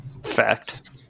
fact